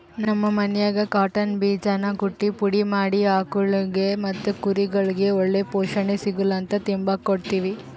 ನಮ್ ಮನ್ಯಾಗ ಕಾಟನ್ ಬೀಜಾನ ಕುಟ್ಟಿ ಪುಡಿ ಮಾಡಿ ಆಕುಳ್ಗುಳಿಗೆ ಮತ್ತೆ ಕುರಿಗುಳ್ಗೆ ಒಳ್ಳೆ ಪೋಷಣೆ ಸಿಗುಲಂತ ತಿಂಬಾಕ್ ಕೊಡ್ತೀವಿ